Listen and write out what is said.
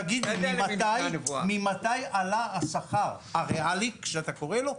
תגיד לי ממתי עלה השכר הריאלי שאתה קורא לו כך,